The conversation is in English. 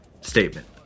statement